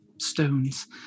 stones